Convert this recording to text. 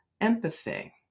empathy